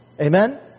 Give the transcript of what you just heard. Amen